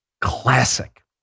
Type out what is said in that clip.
Classic